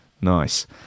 Nice